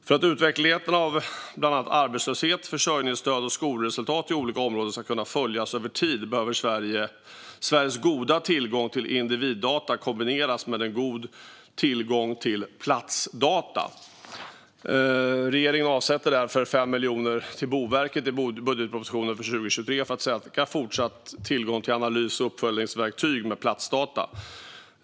För att utvecklingen av bland annat arbetslöshet, försörjningsstöd och skolresultat i olika områden ska kunna följas över tid behöver Sveriges goda tillgång till individdata kombineras med en god tillgång till platsdata. Regeringen avsätter därför 5 miljoner till Boverket i budgetpropositionen för 2023 för att säkra fortsatt tillgång till analys och uppföljningsverktyg med platsdata.